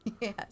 Yes